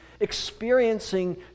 experiencing